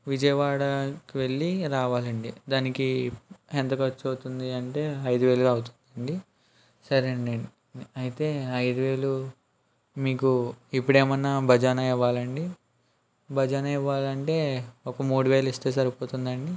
విజయవాడకి వెళ్ళి రావాలండి దానికి ఎంత ఖర్చు అవుతుంది అంటే ఐదు వేలు అవుతుందండి సరే అండి అయితే ఐదు వేలు మీకు ఇప్పుడు ఏమన్న బజానా ఇవ్వాలండి బజానా ఇవ్వాలంటే ఒక మూడు వేలు ఇస్తే సరిపోతుందా అండి